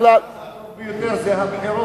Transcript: משאל העם הטוב ביותר זה הבחירות.